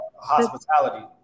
hospitality